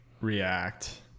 react